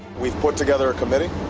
we've put together a committee.